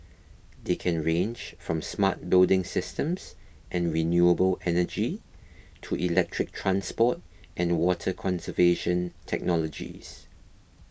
they can range from smart building systems and renewable energy to electric transport and water conservation technologies